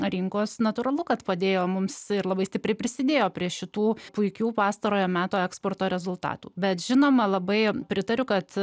rinkos natūralu kad padėjo mums labai stipriai prisidėjo prie šitų puikių pastarojo meto eksporto rezultatų bet žinoma labai pritariu kad